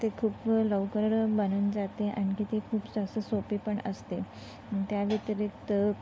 ते खूप लवकर बनून जाते आणखी ते खूप जास्त सोपी पण असते त्या व्यतिरिक्त